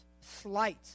Slight